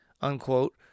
unquote